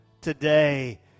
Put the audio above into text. today